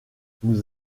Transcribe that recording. nous